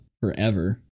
forever